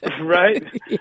right